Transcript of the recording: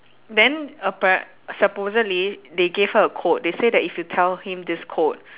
then apparent~ supposedly they gave her a code they say that if you tell him this code